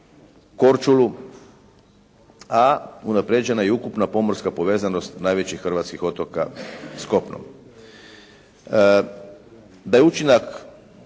Korčulu, a unaprjeđena je i ukupna pomorska povezanost najvećih hrvatskih otoka s kopnom. Da je učinak